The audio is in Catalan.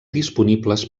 disponibles